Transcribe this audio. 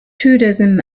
tourism